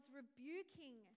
rebuking